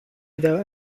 without